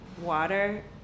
water